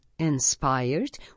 Inspired